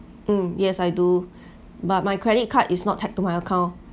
um yes I do but my credit card is not tied to my account